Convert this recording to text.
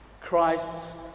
Christ's